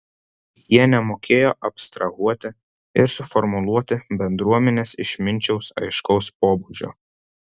jie nemokėjo abstrahuoti ir suformuluoti bendruomenės išminčiaus aiškaus pobūdžio